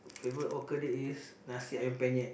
favourite hawker dish is Nasi-Ayam-Penyet